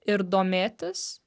ir domėtis